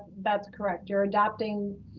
that's correct. you're adopting,